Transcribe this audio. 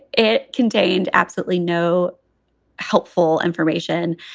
it contained absolutely no helpful information.